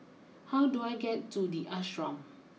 how do I get to the Ashram